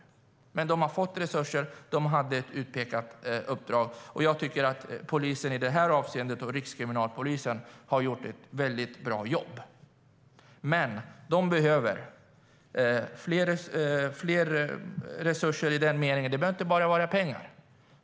Men polisen fick resurser och hade ett utpekat uppdrag. Polisen och Rikskriminalpolisen har gjort ett mycket bra jobb i det avseendet. Polisen behöver mer resurser, men det behöver inte bara vara pengar.